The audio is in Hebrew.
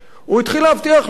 הוא התחיל להבטיח: לא,